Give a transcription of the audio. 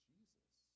Jesus